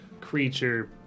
creature